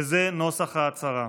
וזה נוסח ההצהרה: